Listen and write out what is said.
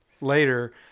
later